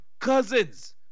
Cousins